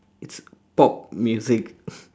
it's pop music